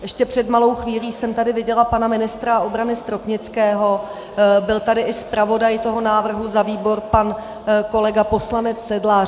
Ještě před malou chvílí jsem tady viděla pana ministra obrany Stropnického, byl tady i zpravodaj návrhu za výbor pan kolega poslanec Sedlář.